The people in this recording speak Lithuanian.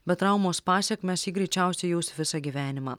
bet traumos pasekmes ji greičiausiai jaus visą gyvenimą